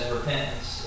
repentance